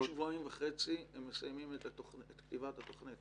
בעוד שבועיים וחצי הם מסיימים את כתיבת התוכנית,